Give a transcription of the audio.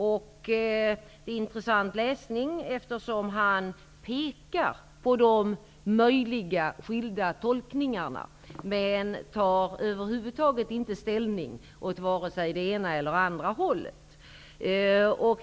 Läsningen är intressant, eftersom han pekar på de möjliga skilda tolkningarna, men han tar över huvud taget inte ställning åt vare sig det ena eller andra hållet.